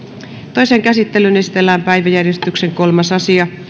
toiseen käsittelyyn esitellään päiväjärjestyksen kolmas asia